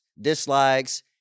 dislikes